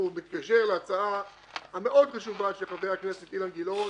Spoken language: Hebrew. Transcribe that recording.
מתקשר להצעה החשובה מאוד של חבר הכנסת אילן גילאון,